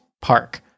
park